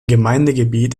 gemeindegebiet